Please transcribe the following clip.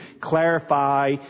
clarify